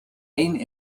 één